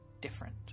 different